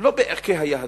לא בערכי היהדות,